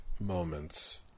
moments